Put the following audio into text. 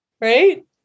Right